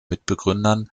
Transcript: mitbegründern